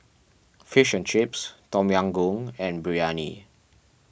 Fish and Chips Tom Yam Goong and Biryani